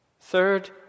Third